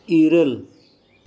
ᱤᱨᱟᱹᱞ